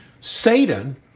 Satan